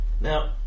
Now